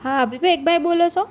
હા વિવેકભાઈ બોલો છો